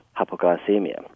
hypoglycemia